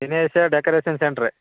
Dinesh decoration centre